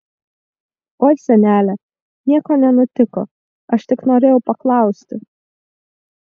oi senele nieko nenutiko aš tik norėjau paklausti